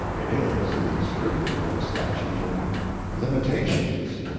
it is the scriptural statute of limitations.